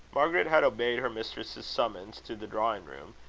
margaret had obeyed her mistress's summons to the drawing-room,